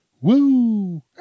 Woo